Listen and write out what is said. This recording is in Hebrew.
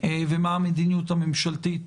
ומה המדיניות הממשלתית.